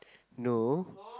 no